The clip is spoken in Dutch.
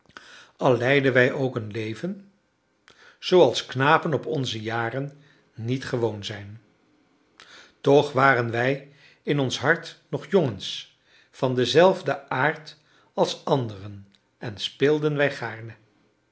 al leidden wij ook een leven zooals knapen op onze jaren niet gewoon zijn toch waren wij in ons hart nog jongens van denzelfden aard als anderen en speelden